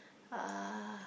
uh